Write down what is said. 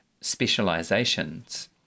specializations